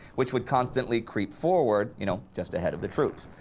which would constantly creep forward you know just ahead of the troops.